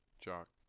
Jock